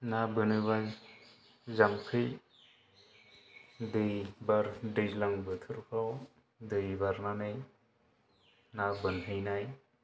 ना बोनोबा जाम्फै दै बार दैज्लां बोथोरफोराव दै बारनानै ना बोनहैनाय